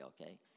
okay